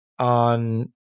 on